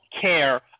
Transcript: care